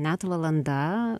net valanda